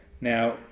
Now